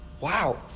Wow